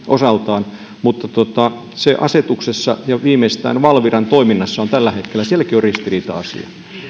osaltaan mutta asetuksessa ja viimeistään valviran toiminnassa on tällä hetkellä ristiriita asia